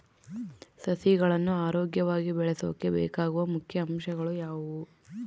ಸಸಿಗಳನ್ನು ಆರೋಗ್ಯವಾಗಿ ಬೆಳಸೊಕೆ ಬೇಕಾಗುವ ಮುಖ್ಯ ಅಂಶಗಳು ಯಾವವು?